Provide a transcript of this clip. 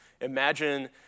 Imagine